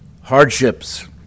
hardships